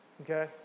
okay